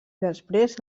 després